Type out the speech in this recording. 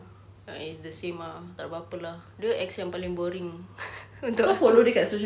uh he's the same lah tak ada apa-apa lah dia ex yang paling boring untuk aku